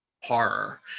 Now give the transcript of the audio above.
horror